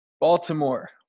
Baltimore